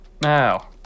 Now